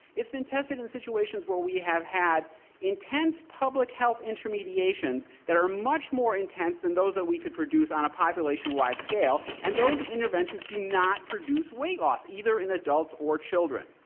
it's been tested in situations where we have had intense public health intermediations that are much more intense than those that we could produce on a population-wide scale. and those interventions do not produce weight loss, either in adults or children.